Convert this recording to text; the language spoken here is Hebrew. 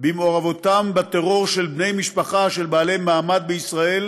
במעורבותם בטרור של בני משפחה של בעלי מעמד בישראל